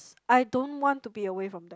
I don't want to be away from them